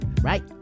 Right